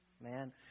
man